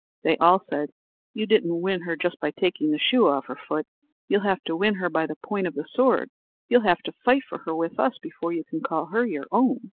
they all said you didn't win her just by taking the shoe off her foot you'll have to win her by the point of the sword you'll have to fight for her with us before you can call her your own.